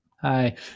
hi